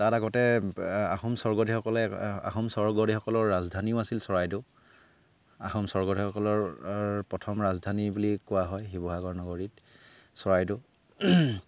তাত আগতে আহোম স্বৰ্গদেউসকলে আহোম স্বৰ্গদেউসকলৰ ৰাজধানীও আছিল চৰাইদেউ আহোম স্বৰ্গদেউসকলৰ প্ৰথম ৰাজধানী বুলি কোৱা হয় শিৱসাগৰ নগৰীত চৰাইদেউক